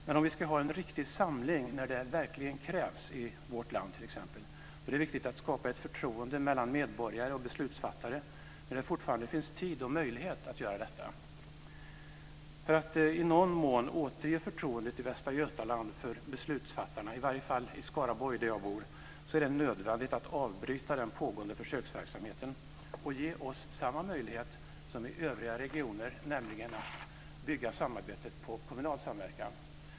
Men om vi ska ha en riktig samling när det verkligen krävs, t.ex. i vårt land, är det viktigt att skapa ett förtroende mellan medborgare och beslutsfattare när det fortfarande finns tid och möjlighet att göra detta. För att i någon mån återge förtroendet i Västra Götaland för beslutsfattarna, i varje fall i Skaraborg, där jag bor, är det nödvändigt att avbryta den pågående försöksverksamheten och ge oss samma möjlighet som i övriga regioner, nämligen att bygga samarbetet på kommunalsamverkan.